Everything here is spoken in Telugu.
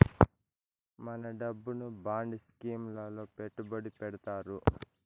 మన డబ్బును బాండ్ స్కీం లలో పెట్టుబడి పెడతారు